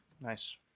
Nice